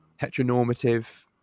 heteronormative